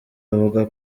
avuga